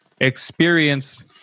experience